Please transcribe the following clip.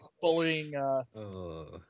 bullying